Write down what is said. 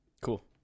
Cool